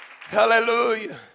hallelujah